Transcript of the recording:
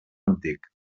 antic